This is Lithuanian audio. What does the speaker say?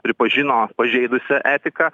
pripažino pažeidusia etiką